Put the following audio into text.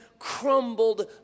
crumbled